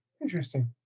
interesting